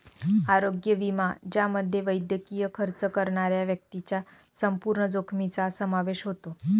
आरोग्य विमा ज्यामध्ये वैद्यकीय खर्च करणाऱ्या व्यक्तीच्या संपूर्ण जोखमीचा समावेश होतो